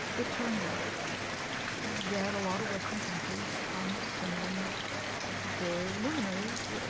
it turns out that a lot of western countries aren't sending their luminaries,